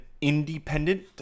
independent